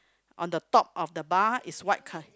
on the top of the bar is white co~